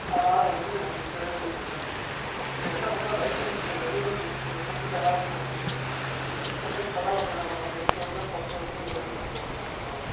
அதனால் வந்து ஒரு பிரயோஜனமும் இல்லை இது என்ன பண்ணும் லைசன்ஸு ரெனீவல் ஒரு குறிப்பிட்ட காலத்துக்கு வரும்பொழுது வந்து இப்போல்லாம் வந்து என்ன பண்றாங்க எடுத்தவொடனே பத்து வர்ஷம் இருபது வருஷத்துக்கு லைசன்ஸ் கொடுக்குறாங்க